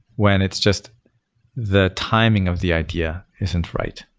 when it's just the timing of the idea isn't right.